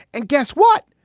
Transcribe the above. and guess what?